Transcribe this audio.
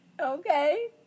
okay